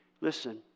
Listen